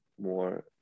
more